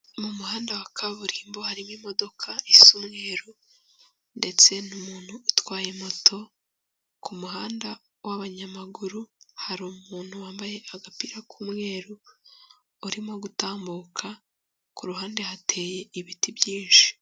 Mu muhanda wa kaburimbo harimo imodoka isa umweru ndetse n'umuntu utwaye moto, ku muhanda w'abanyamaguru hari umuntu wambaye agapira k'umweru urimo gutambuka, ku ruhande hateye ibiti byinshi.